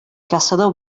caçador